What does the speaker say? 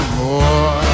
more